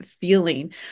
feeling